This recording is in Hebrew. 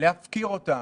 להפקיר אותם,